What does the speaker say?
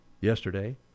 yesterday